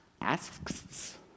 asks